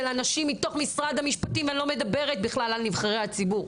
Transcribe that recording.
אנשים מתוך משרד המשפטים אני לא מדברת בכלל על נבחרי הציבור,